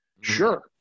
sure